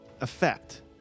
effect